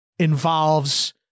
involves